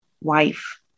wife